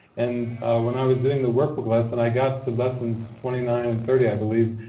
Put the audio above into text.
and when i was doing the workbook lesson, i got to lessons twenty nine and thirty i believe,